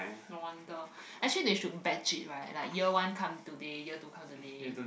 no wonder actually they should batched it right like year one come today year two come today